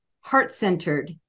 heart-centered